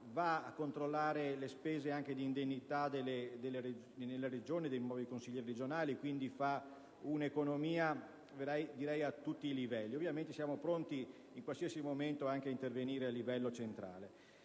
un controllo delle spese e delle indennità dei nuovi consigli regionali; fa, quindi, economia a tutti i livelli. Ovviamente, siamo pronti in qualsiasi momento anche a intervenire a livello centrale.